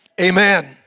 Amen